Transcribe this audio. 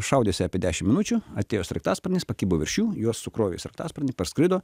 šaudėsi apie dešim minučių atėjo sraigtasparnis pakibo virš jų juos sukrovė į sraigtasparnį parskrido